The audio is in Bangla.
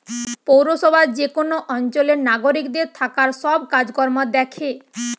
পৌরসভা যে কোন অঞ্চলের নাগরিকদের থাকার সব কাজ কর্ম দ্যাখে